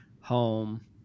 home